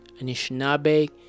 Anishinaabe